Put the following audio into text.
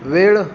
वेळ